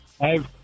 Hey